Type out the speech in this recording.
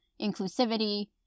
inclusivity